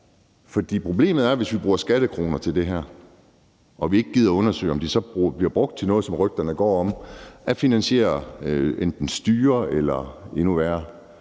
For problemet er, hvis vi bruger skattekroner til det her og ikke gider at undersøge, om de så bliver brugt til noget af det, som rygterne går på, f.eks. at finansiere enten styrer eller endnu værre: